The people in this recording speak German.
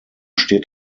steht